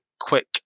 quick